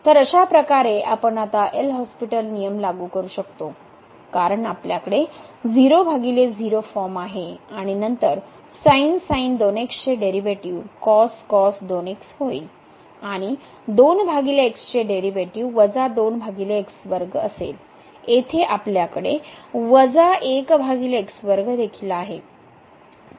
तर अशा प्रकारे आपण आता एल हॉस्पिटल नियम लागू करू शकतो कारण आपल्याकडे 00 फॉर्म आहे आणि नंतर चे डेरीवेटीवहोईल आणि चे डेरीवेटीव असेल येथे आपल्याकडे देखील आहे